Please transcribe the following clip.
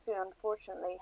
unfortunately